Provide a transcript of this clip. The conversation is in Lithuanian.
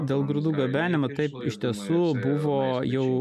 dėl grūdų gabenimo taip iš tiesų buvo jau